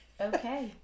Okay